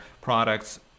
products